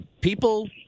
people